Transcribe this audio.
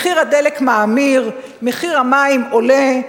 מחיר הדלק מאמיר, מחיר המים עולה,